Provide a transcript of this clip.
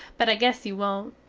but i guess you wont.